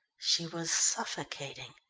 she was suffocating,